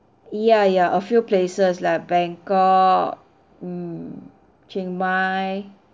ya ya a few places like bangkok mm chiang mai